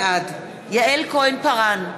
בעד יעל כהן-פארן,